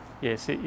yes